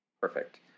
Perfect